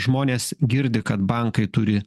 žmonės girdi kad bankai turi